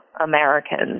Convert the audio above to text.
Americans